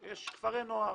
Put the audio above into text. יש כפרי נוער.